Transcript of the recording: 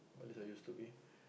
what I used to be